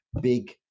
big